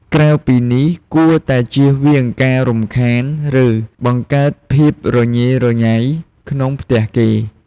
ក្រៅពីនេះ គួរតែជៀសវាងការរំខាន ឬ បង្កើតភាពរញេរញៃក្នុងផ្ទះគេ។